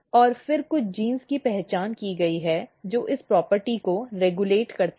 और फिर कुछ जीनों की पहचान की गई है जो इस प्रॉपर्टी को रेगुलेट करते हैं